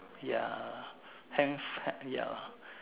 ya hands uh ya